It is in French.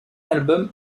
album